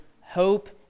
hope